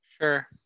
Sure